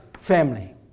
family